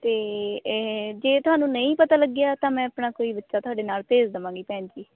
ਅਤੇ ਇਹ ਜੇ ਤੁਹਾਨੂੰ ਨਹੀਂ ਪਤਾ ਲੱਗਿਆ ਤਾਂ ਮੈਂ ਆਪਣਾ ਕੋਈ ਬੱਚਾ ਤੁਹਾਡੇ ਨਾਲ਼ ਭੇਜ਼ ਦੇਵਾਂਗੀ ਭੈਣ ਜੀ